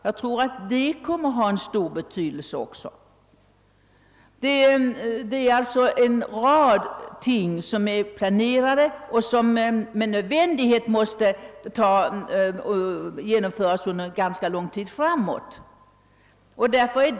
Jag tror att det förhållandet också skall få stor betydelse. En rad åtgärder är alltså planerade, men det måste med nödvändighet ta avsevärd tid att genomföra dem.